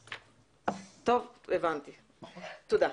טוב, הבנתי, תודה.